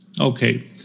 okay